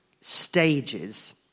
stages